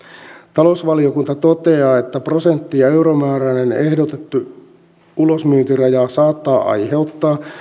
talousvaliokunta toteaa että prosentti ja euromääräinen ehdotettu ulosmyyntiraja saattaa aiheuttaa